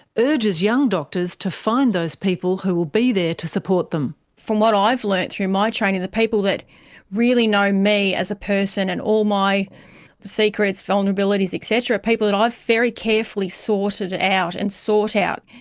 urges young doctors to find those people who will be there to support them. from what i've learnt through my training, the people that really know me as a person and all my secrets, vulnerabilities, et cetera, are people that i've very carefully sorted out and sought out,